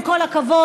עם כל הכבוד,